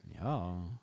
Ja